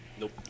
Nope